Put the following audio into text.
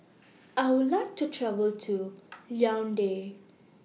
I Would like to travel to Yaounde